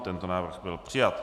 Tento návrh byl přijat.